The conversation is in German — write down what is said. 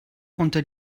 unter